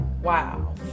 Wow